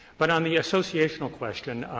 but on the associational question,